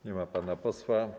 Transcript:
Nie ma pana posła.